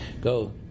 Go